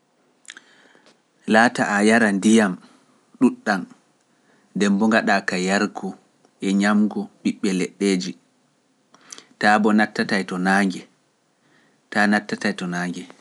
Laata a yara ndiyam ɗuuɗɗam, nde mbo ngaɗa ka yargu e ñamngu ɓiɓɓe leɗɗeeji, taa mbo nattata to naange, taa nattata to naange.